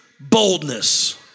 boldness